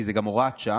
כי זאת גם הוראת שעה,